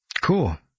Cool